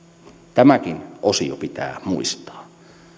tämäkin osio pitää muistaa